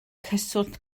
cyswllt